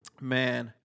man